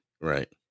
Right